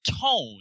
tone